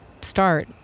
start